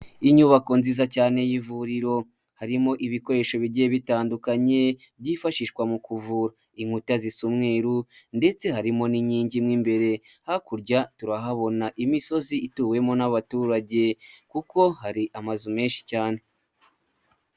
Inyubako nziza cyane y'ivuriro harimo ibikoresho bigiye bitandukanye, byifashishwa mu kuvura inkuta zisa umweru ndetse harimo n'inkingi mo imbere hakurya turahabona imisozi ituwemo n'abaturage kuko hari amazu menshi cyane.